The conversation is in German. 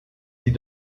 sie